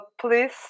please